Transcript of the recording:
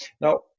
Now